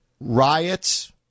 Riots